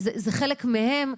זה חלק מהם.